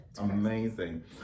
Amazing